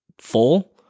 full